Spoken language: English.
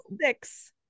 six